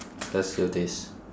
let's do this